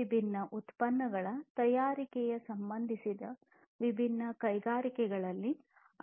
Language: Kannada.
ವಿಭಿನ್ನ ಉತ್ಪನ್ನಗಳ ತಯಾರಿಕೆಗೆ ಸಂಬಂಧಿಸಿದ ವಿವಿಧ ಕೈಗಾರಿಕೆಗಳಲ್ಲಿ